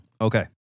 Okay